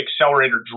accelerator